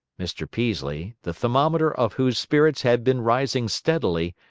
mr. peaslee, the thermometer of whose spirits had been rising steadily,